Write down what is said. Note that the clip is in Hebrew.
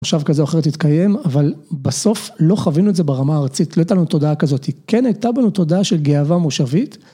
מושב כזה או אחר יתקיים, אבל בסוף לא חווינו את זה ברמה הארצית, לא הייתה לנו תודעה כזאת, היא כן הייתה בנו תודעה של גאווה מושבית.